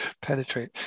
penetrate